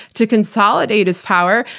to consolidate his power.